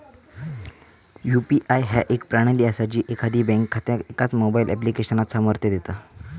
UPI ह्या एक प्रणाली असा जी एकाधिक बँक खात्यांका एकाच मोबाईल ऍप्लिकेशनात सामर्थ्य देता